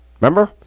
Remember